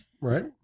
Right